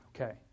Okay